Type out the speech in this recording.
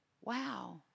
wow